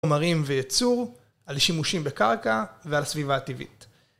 חומרים ויצור, על שימושים בקרקע ועל הסביבה הטבעית.